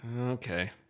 Okay